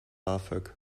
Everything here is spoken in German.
bafög